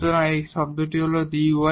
সুতরাং এখানে এই শব্দটি dy